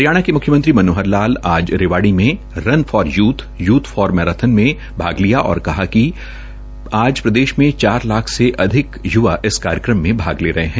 हरियाणा के मुख्यमंत्री मनोहर लाल आज रेवाड़ी में run for youth youth for nation marathon में भाग लिया और कहा कि आज प्रदेश में चार लाख से अधिक य्वा इस कार्यक्रम में भाग ले रहे है